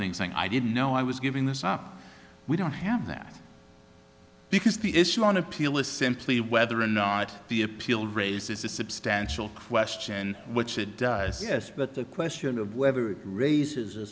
things saying i didn't know i was giving this up we don't have that because the issue on appeal is simply whether or not the appeal raises a substantial question which it does yes but the question of whether it raises a